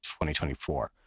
2024